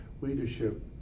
leadership